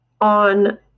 on